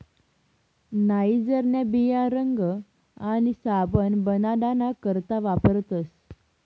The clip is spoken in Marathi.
नाइजरन्या बिया रंग आणि साबण बनाडाना करता वापरतस